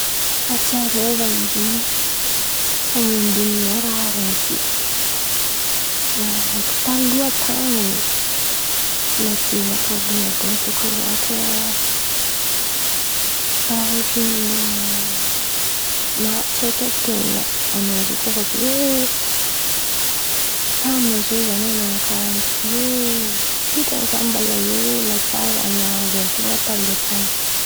Fatsiarôvan̈a zen̈y, fan̈embonan̈ao raha raiky taloha tan̈y oe, an̈aty jerinakà vônaloan̈y bôka ohatra karàha ohatra ny nahatsaiky an-ten̈a, an̈ao zen̈y kô fa be hoe: tamin̈ao zaho nan̈ano karàha ty e! Sitran̈y za mbola hely matsiaro raha nahazo an-ten̈a taloha tan̈y zen̈y.